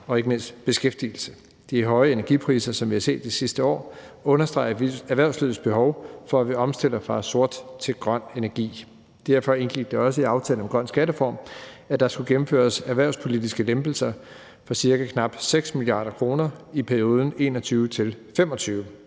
og ikke mindst med beskæftigelse. De høje energipriser, som vi har set det sidste år, understreger erhvervslivets behov for, at vi omstiller fra sort til grøn energi. Derfor indgik det også i aftalen om en grøn skattereform, at der skulle gennemføres erhvervspolitiske lempelser for knap 6 mia. kr. i perioden 2021-2025.